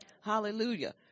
Hallelujah